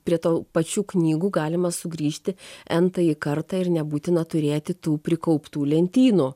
prie to pačių knygų galima sugrįžti entąjį kartą ir nebūtina turėti tų prikauptų lentynų